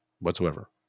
whatsoever